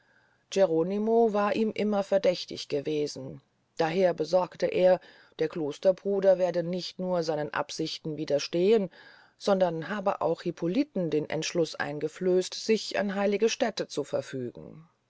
geronimo war ihm immer verdächtig gewesen daher besorgte er der klosterbruder werde nicht nur seinen absichten widerstehn sondern habe auch hippoliten den entschluß eingeflößt sich an heilige stäte zu verfügen